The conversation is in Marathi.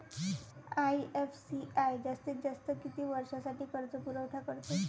आय.एफ.सी.आय जास्तीत जास्त किती वर्षासाठी कर्जपुरवठा करते?